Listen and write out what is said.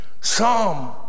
Psalm